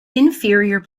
inferior